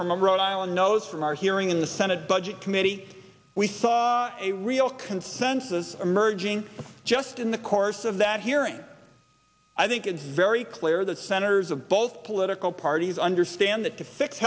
from rhode island knows from our hearing in the senate budget committee we saw a real consensus emerging just in the course of that hearing i think it's very clear that senators of both political parties understand that to fix